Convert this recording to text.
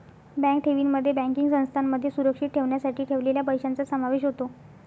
bank ठेवींमध्ये banking संस्थांमध्ये सुरक्षित ठेवण्यासाठी ठेवलेल्या पैशांचा समावेश होतो